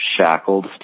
shackled